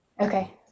Okay